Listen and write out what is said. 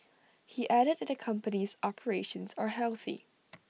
he added that the company's operations are healthy